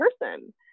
person